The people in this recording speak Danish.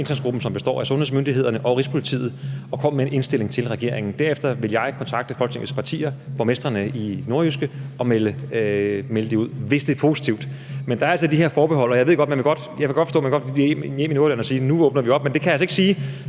som består af sundhedsmyndighederne og Rigspolitiet, og kommer med en indstilling til regeringen. Derefter vil jeg kontakte Folketingets partier og borgmestrene i det nordjyske og melde det ud, hvis det er positivt. Men der er altså de her forbehold, og jeg kan godt forstå, at man vil tage hjem til Nordjylland og sige, at nu åbner vi op, men det kan jeg altså ikke sige,